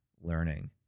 learning